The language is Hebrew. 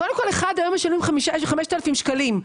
קודם כל היום משלמים 5,000 שקלים.